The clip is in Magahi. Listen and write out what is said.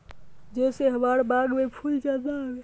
जे से हमार बाग में फुल ज्यादा आवे?